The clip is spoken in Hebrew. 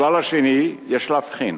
הכלל השני, יש להבחין